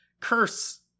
curse